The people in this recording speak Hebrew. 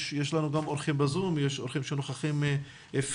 יש לנו גם אורחים ב-זום ויש אורחים שנוכחים פיזית.